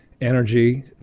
energy